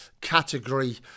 category